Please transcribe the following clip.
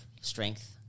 strength